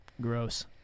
Gross